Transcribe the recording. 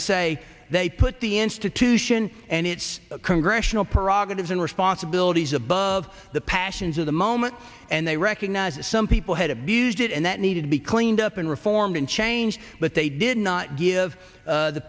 and say they put the institution and its congressional prerogatives and responsibilities above the passions of the moment and they recognize that some people had abused it and that needed to be cleaned up and reformed and change but they did not give